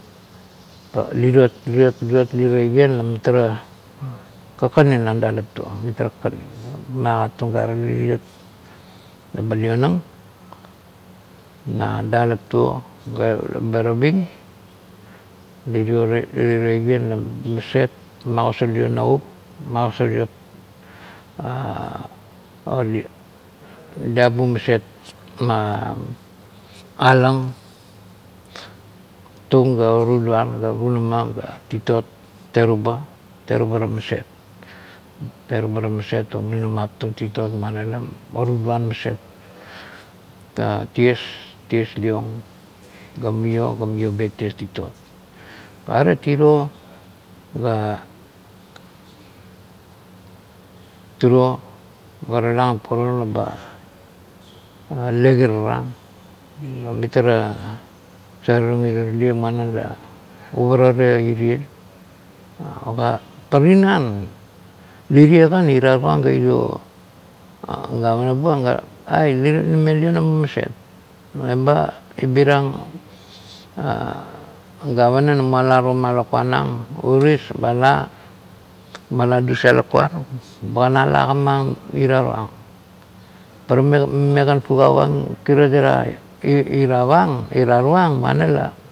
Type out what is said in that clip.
Pa liviot livit livit li taivien la mitara kakanin na dalap tuo mitar kakanin na agat tung man agat tung gare riro leba ga ba taving lirio tavien lamaset makosar liong navup. nabung mamaset mo dang tung ga oruluan ga tunama ga titot teruba terubara maset, terubara maset me nun unap tung titot munama la ouvuluan maset ties liong la mio beting titot avet tivo ga turuo ba tala kan puorung leba lekirara and mitara saverung malie muana la urarara ime pa tinar lime kan ira rung go irio gavana bung ga, ai, tale ken lime lionama maset deba ibiriang gavana mamo ala tama lakuanavig uris eba ala dusang ang lakuan banga man ala agim eng ira rumang pa me kan fugau ang kira ma ira rang ira rung.